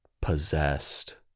possessed